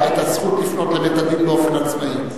הזכות לפנות לבית-הדין באופן עצמאי.